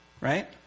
right